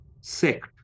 sect